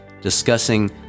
discussing